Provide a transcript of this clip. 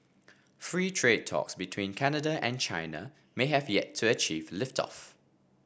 free trade talks between Canada and China may have yet to achieve lift off